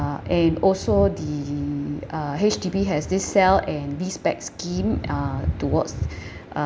and also the uh H_D_B has this sell and B specs scheme uh towards err